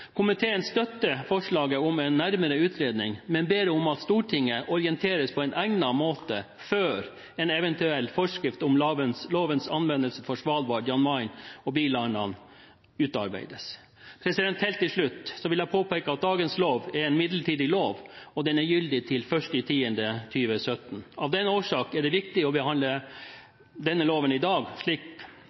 Komiteen støtter forslaget om en nærmere utredning, men ber om at Stortinget orienteres på egnet måte før en eventuell forskrift om lovens anvendelse for Svalbard, Jan Mayen og bilandene utarbeides. Helt til slutt vil jeg påpeke at dagens lov er en midlertidig lov, og den er gyldig til 1. oktober 2017. Av den årsak er det viktig å behandle denne loven i dag, slik